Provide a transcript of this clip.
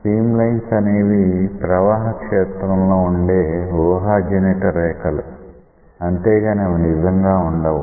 stream lines అనేవి ప్రవాహ క్షేత్రం లో ఉండే ఊహాజనిత రేఖలు అంతేగాని అవి నిజంగా ఉండవు